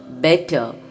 Better